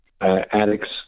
addicts